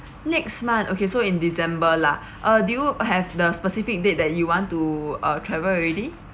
next month okay so in december lah uh do you have the specific date that you want to uh travel already